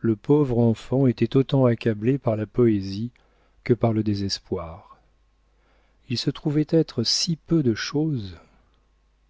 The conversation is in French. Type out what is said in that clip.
le pauvre enfant était autant accablé par la poésie que par le désespoir il se trouvait être si peu de chose